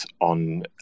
on